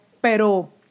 pero